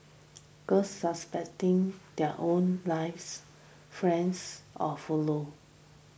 girls suspecting their own lives friends or follow